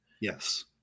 Yes